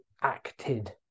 acted